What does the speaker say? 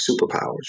superpowers